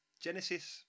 Genesis